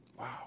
Wow